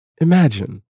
Imagine